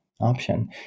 option